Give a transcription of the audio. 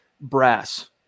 brass